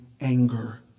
anger